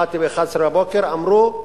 באתי ב-11:00, אמרו: